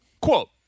Quote